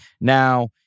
Now